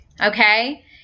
okay